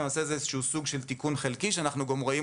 זה סוג של תיקון חלקי שאנחנו רואים